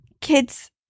kids